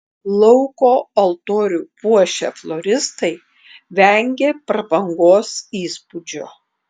lauko altorių puošę floristai vengė prabangos įspūdžio